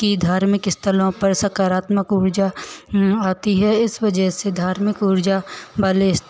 की धार्मिक स्थलों पर सकारात्मक उर्जा आती है इस वजह से धार्मिक उर्जा वाले स्थान